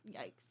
Yikes